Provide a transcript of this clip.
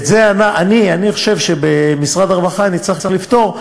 את זה אני חושב שבמשרד הרווחה נצטרך לפתור,